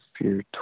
Fear